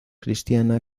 cristiana